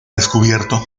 descubierto